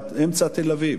עד אמצע תל-אביב.